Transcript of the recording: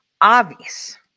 obvious